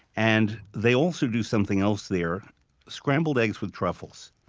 and they also do something else there scrambled eggs with truffles.